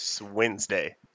Wednesday